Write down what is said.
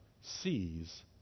sees